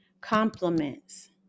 compliments